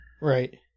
Right